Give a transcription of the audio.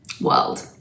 world